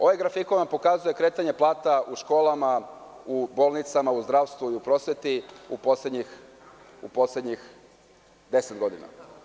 Ovaj grafikon vam pokazuje kretanje plata u školama, u bolnicima, u zdravstvu i u prosveti u poslednjih deset godina.